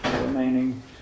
remaining